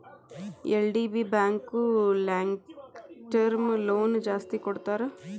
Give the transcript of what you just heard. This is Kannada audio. ಎಲ್.ಡಿ.ಬಿ ಬ್ಯಾಂಕು ಲಾಂಗ್ಟರ್ಮ್ ಲೋನ್ ಜಾಸ್ತಿ ಕೊಡ್ತಾರ